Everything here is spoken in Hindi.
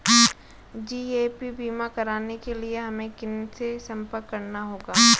जी.ए.पी बीमा कराने के लिए हमें किनसे संपर्क करना होगा?